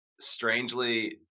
strangely